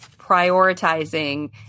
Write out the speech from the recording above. prioritizing